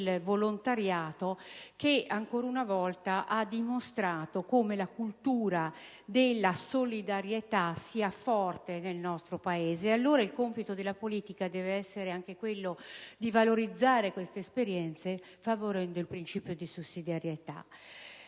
del volontariato, che ancora una volta ha dimostrato come la cultura della solidarietà sia forte nel nostro Paese. Il compito della politica deve allora essere anche quello di valorizzare queste esperienze, favorendo il principio di sussidiarietà.